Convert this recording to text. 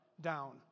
down